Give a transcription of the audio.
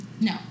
no